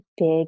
big